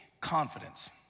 confidence